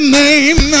name